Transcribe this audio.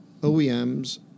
OEMs